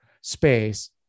space